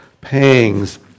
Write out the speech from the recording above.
pangs